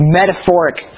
metaphoric